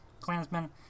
clansmen